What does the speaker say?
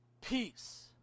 peace